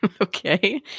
Okay